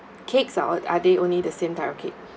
cakes or uh are they only the same type of cake